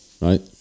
right